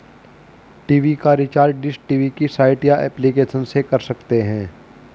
TV का recharge dish TV की site या एप्लीकेशन से कर सकते है